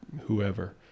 whoever